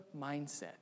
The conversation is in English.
mindset